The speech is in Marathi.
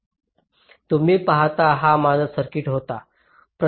तुम्ही पाहता हा माझा सर्किट होता